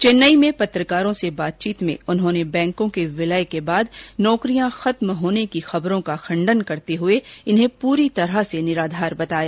चेन्नई में पत्रकारों से बातचीत में उन्होंने बैंकों के विलय के बाद नौकरियां खत्म होने की खबरों का खंडन करते हए इन्हें पूरी तरह निराधार बताया